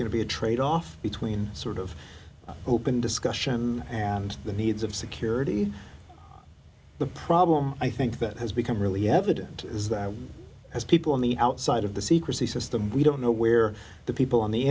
going to be a tradeoff between sort of open discussion and the needs of security the problem i think that has become really evident is that as people on the outside of the secrecy system we don't know where the people on the